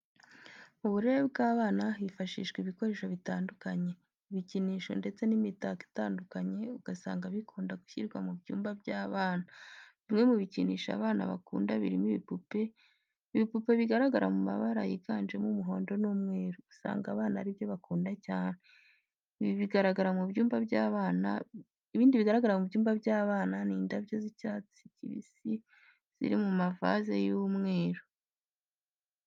Mu burere bw'abana, hifashishwa ibikoresho bitandukanye. Ibikinisho ndetse n'imitako itandukanye usanga bikunda gushyirwa mu byumba by'abana. Bimwe mu bikinisho abana bakunda birimo n'ibipupe. Ibipupe bigaragara mu mabara yiganjemo umuhondo n'umweru, usanga abana ari byo bakunda cyane. Ibindi bigaragara mu byumba by'abana, birimo indabo z'icyatsi kibisi ziri mu mavaze y'imyeru.